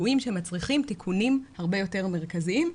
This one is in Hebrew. ליקויים שמצריכים תיקונים הרבה יותר מרכזיים.